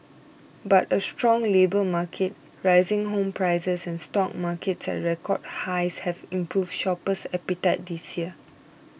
but a strong labour market rising home prices and stock markets at record highs have improved shopper appetite this year